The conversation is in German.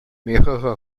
mehrere